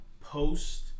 post